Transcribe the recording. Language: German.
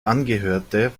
angehörte